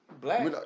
Black